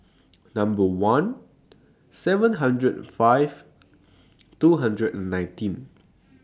Number one seven hundred five two hundred and nineteen